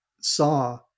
Saw